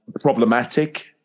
problematic